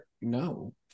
no